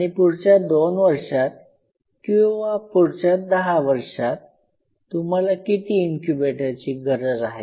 आणि पुढच्या दोन वर्षात किंवा पुढच्या दहा वर्षात तुम्हाला किती इन्क्युबेटरची गरज आहे